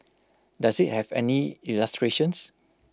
does IT have any illustrations